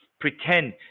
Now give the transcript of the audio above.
pretend